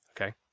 okay